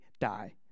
die